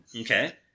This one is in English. Okay